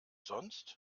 sonst